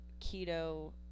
keto